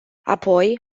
apoi